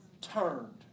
turned